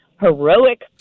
heroic